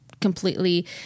completely